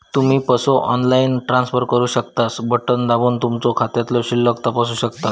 तुम्ही पसो online transfer करू शकतास, बटण दाबून तुमचो खात्यातलो शिल्लक तपासू शकतास